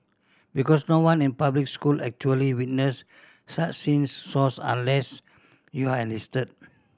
because no one in public school actually witness such scene Source Unless you're enlisted